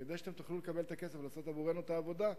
כדי שתוכלו לקבל את הכסף ולעשות עבורנו את העבודה,